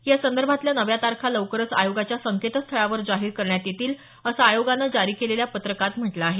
यासंदर्भातल्या नव्या तारखा लवकरच आयोगाच्या संकेतस्थळावर जाहीर करण्यात येतील असं आयोगानं जारी केलेल्या पत्रकात म्हटल आहे